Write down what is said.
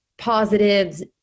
positives